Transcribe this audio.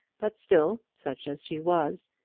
but still, such as she was,